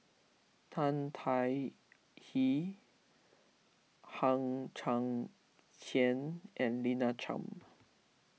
Tan Tai Hye Hang Chang Chieh and Lina Chiam